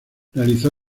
realizó